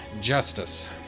Justice